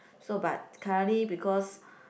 so but currently because